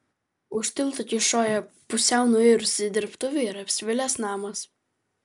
už tilto kyšojo pusiau nuirusi dirbtuvė ir apsvilęs namas